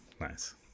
Nice